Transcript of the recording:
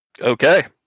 Okay